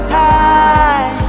high